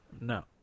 no